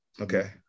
Okay